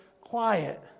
quiet